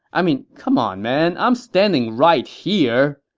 i mean, c'mon man, i'm standing right here!